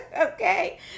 okay